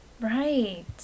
Right